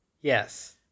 Yes